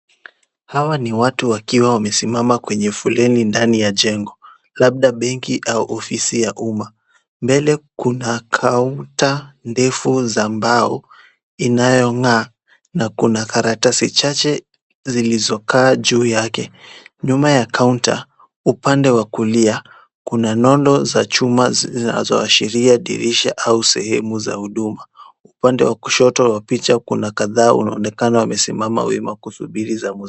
Hawa ni watu wakiwa wamesimama kwenye foleni ndani ya jengo, labda benki au ofisi ya umma. Mbele kuna kaunta ndefu za mbao inayong'aa na kuna karatasi chache zilizokaa juu yake. Nyuma ya kaunta upande wa kulia kuna nondo za chuma zinazoashiria dirisha au sehemu za huduma, upande wa picha wa kushoto kuna kadhaa wanaonekana wamesimama wima kusubiri zamu zao.